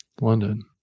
London